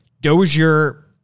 Dozier